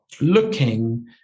looking